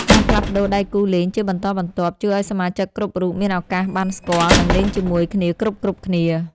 ការផ្លាស់ប្តូរដៃគូលេងជាបន្តបន្ទាប់ ជួយឱ្យសមាជិកគ្រប់រូបមានឱកាសបានស្គាល់ និងលេងជាមួយគ្នាគ្រប់ៗគ្នា។